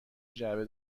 جعبه